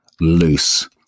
loose